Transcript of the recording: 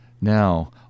Now